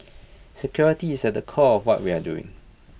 security is at the core what we are doing